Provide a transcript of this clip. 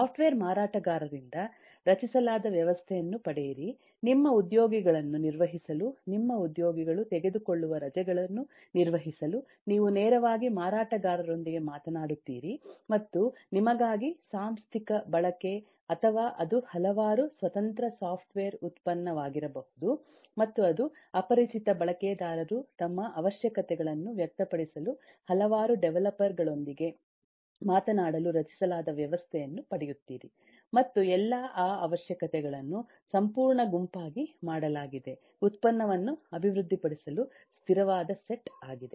software ಮಾರಾಟಗಾರರಿಂದ ರಚಿಸಲಾದ ವ್ಯವಸ್ಥೆಯನ್ನು ಪಡೆಯಿರಿ ನಿಮ್ಮ ಉದ್ಯೋಗಿಗಳನ್ನು ನಿರ್ವಹಿಸಲು ನಿಮ್ಮ ಉದ್ಯೋಗಿಗಳು ತೆಗೆದುಕೊಳ್ಳುವ ರಜೆಗಳನ್ನು ನಿರ್ವಹಿಸಲು ನೀವು ನೇರವಾಗಿ ಮಾರಾಟಗಾರರೊಂದಿಗೆ ಮಾತನಾಡುತ್ತೀರಿ ಮತ್ತು ನಿಮಗಾಗಿ ಸಾಂಸ್ಥಿಕ ಬಳಕೆ ಅಥವಾ ಅದು ಹಲವಾರು ಸ್ವತಂತ್ರ ಸಾಫ್ಟ್ವೇರ್ ಉತ್ಪನ್ನವಾಗಿರಬಹುದು ಮತ್ತು ಅದು ಅಪರಿಚಿತ ಬಳಕೆದಾರರು ತಮ್ಮ ಅವಶ್ಯಕತೆಗಳನ್ನು ವ್ಯಕ್ತಪಡಿಸಲು ಹಲವಾರು ಡೆವಲಪರ್ ಗಳೊಂದಿಗೆ ಮಾತನಾಡಲು ರಚಿಸಲಾದ ವ್ಯವಸ್ಥೆಯನ್ನು ಪಡೆಯುತ್ತೀರಿ ಮತ್ತು ಎಲ್ಲಾ ಆ ಅವಶ್ಯಕತೆಗಳನ್ನು ಸಂಪೂರ್ಣ ಗುಂಪಾಗಿ ಮಾಡಲಾಗಿದೆ ಉತ್ಪನ್ನವನ್ನು ಅಭಿವೃದ್ಧಿಪಡಿಸಲು ಸ್ಥಿರವಾದ ಸೆಟ್ ಆಗಿದೆ